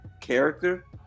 character